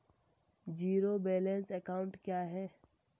Zero balance account क्या है?